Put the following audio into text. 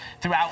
throughout